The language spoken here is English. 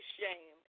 shame